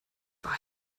war